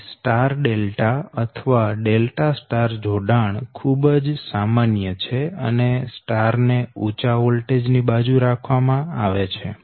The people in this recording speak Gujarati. તેથી સ્ટાર ડેલ્ટા અથવા ડેલ્ટા સ્ટાર જોડાણ ખૂબ જ સામાન્ય છે અને સ્ટાર ને ઉંચા વોલ્ટેજ ની બાજુ રાખવામાં આવે છે